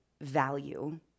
value